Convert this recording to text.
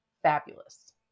Fabulous